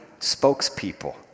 spokespeople